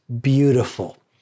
beautiful